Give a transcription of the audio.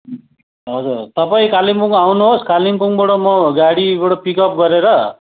हजुर हजुर तपाईँ कालिम्पोङ आउनुहोस् कालिम्पोङबाट म गाडीबाट पिकअप गरेर